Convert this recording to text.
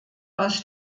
aus